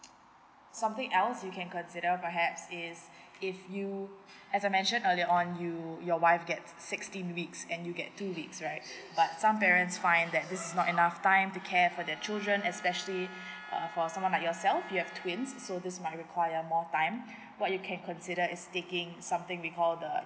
something else you can consider perhaps is if you as I mentioned earlier on you your wife get sixteen weeks and you get two weeks right but some parents find that this is not enough time to care for their children especially err for someone like yourself you have twins so this might require more time what you can consider is taking something we call the